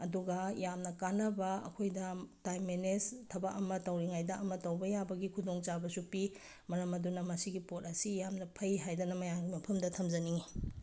ꯑꯗꯨꯒ ꯌꯥꯝꯅ ꯀꯥꯟꯅꯕ ꯑꯩꯈꯣꯏꯗ ꯇꯥꯏꯝ ꯃꯦꯅꯦꯖ ꯊꯕꯛ ꯑꯃ ꯇꯧꯔꯤꯉꯩꯗ ꯑꯃ ꯇꯧꯕ ꯌꯥꯕꯒꯤ ꯈꯨꯗꯣꯡ ꯆꯥꯕꯁꯨ ꯄꯤ ꯃꯔꯝ ꯑꯗꯨꯅ ꯃꯁꯤꯒꯤ ꯄꯣꯠ ꯑꯁꯤ ꯌꯥꯝꯅ ꯐꯩ ꯍꯥꯏꯗꯅ ꯃꯌꯥꯝꯒꯤ ꯃꯐꯝꯗ ꯊꯝꯖꯅꯤꯡꯏ